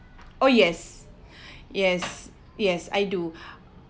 oh yes yes yes I do